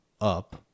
up